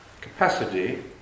capacity